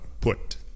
put